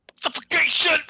Suffocation